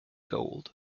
gold